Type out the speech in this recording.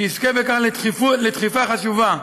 שיזכה בכך לדחיפה חשובה,